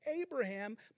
Abraham